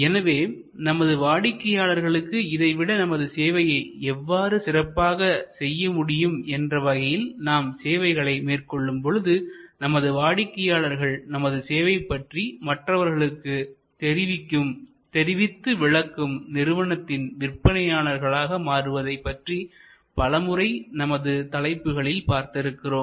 எனவே நமது வாடிக்கையாளர்களுக்கு இதைவிட நமது சேவையை எவ்வாறு சிறப்பாக செய்ய முடியும் என்ற வகையில் நாம் சேவைகளை மேற்கொள்ளும் பொழுது நமது வாடிக்கையாளர்கள் நமது சேவை பற்றி மற்றவர்களுக்கு தெரிவிக்கும் தெரிவித்து விளக்கும் நிறுவனத்தின் விற்பனையாளர்களை மாறுவதைப் பற்றி பலமுறை நமது தலைப்புகளில் பார்த்திருக்கிறோம்